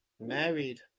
married